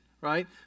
right